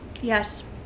Yes